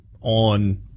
on